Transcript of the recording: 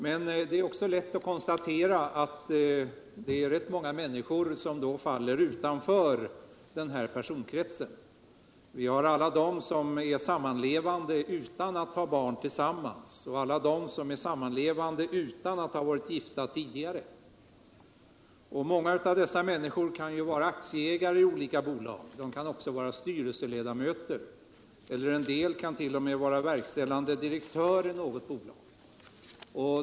Men det är lätt att konstatera att ganska många människor då faller utanför personkretsen. Vi har t.ex. alla som är samlevande utan att ha barn tillsammans och alla som sammanlever utan att ha varit gifta tidigare. Många av dessa människor kan vara aktieägare i olika bolag. De kan också vara styrelseledamöter. En del kan t.o.m. vara verkställande direktörer i olika bolag.